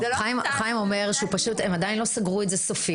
חיים אומר שהם עדיין לא סגרו את זה סופית.